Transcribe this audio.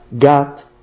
got